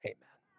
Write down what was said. Amen